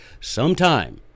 Sometime